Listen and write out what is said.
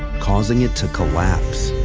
causing it to collapse.